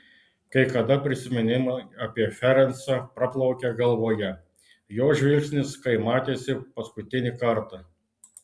kai kada prisiminimai apie ferencą praplaukia galvoje jo žvilgsnis kai matėsi paskutinį kartą